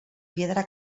piedra